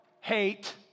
hate